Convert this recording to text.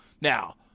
Now